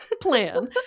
plan